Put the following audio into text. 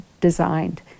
designed